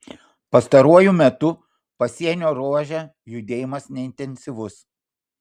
pastaruoju metu pasienio ruože judėjimas neintensyvus